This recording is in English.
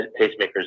pacemakers